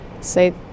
say